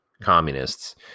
communists